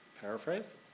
Paraphrase